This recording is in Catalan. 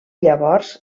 llavors